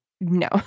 no